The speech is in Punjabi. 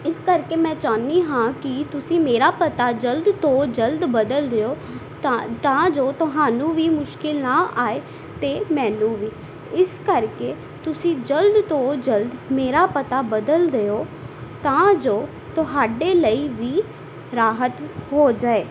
ਇਸ ਕਰਕੇ ਮੈਂ ਚਾਹੁੰਦੀ ਹਾਂ ਕਿ ਤੁਸੀਂ ਮੇਰਾ ਪਤਾ ਜਲਦ ਤੋਂ ਜਲਦ ਬਦਲ ਦਿਓ ਤਾਂ ਤਾਂ ਜੋ ਤੁਹਾਨੂੰ ਵੀ ਮੁਸ਼ਕਿਲ ਨਾ ਆਵੇ ਅਤੇ ਮੈਨੂੰ ਵੀ ਇਸ ਕਰਕੇ ਤੁਸੀਂ ਜਲਦ ਤੋਂ ਜਲਦ ਮੇਰਾ ਪਤਾ ਬਦਲ ਦਿਓ ਤਾਂ ਜੋ ਤੁਹਾਡੇ ਲਈ ਵੀ ਰਾਹਤ ਹੋ ਜਾਵੇ